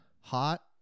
hot